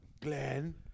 Glenn